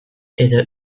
edo